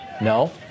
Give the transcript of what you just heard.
No